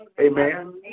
Amen